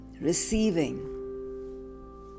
receiving